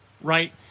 right